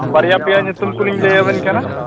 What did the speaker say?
ᱵᱟᱨᱭᱟ ᱯᱮᱭᱟ ᱧᱩᱛᱩᱢ ᱠᱚᱞᱤᱧ ᱞᱟᱹᱭᱟᱵᱮᱱ ᱠᱟᱱᱟ